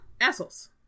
Assholes